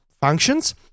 functions